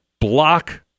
block